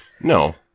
No